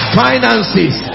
finances